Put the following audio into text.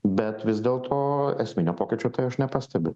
bet vis dėlto esminio pokyčio tai aš nepastebiu